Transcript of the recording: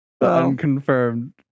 unconfirmed